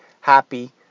happy